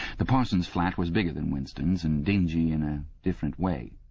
the parsons flat was bigger than winston's, and dingy in a different way.